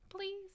Please